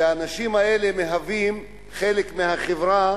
האנשים האלה שמהווים חלק מהחברה,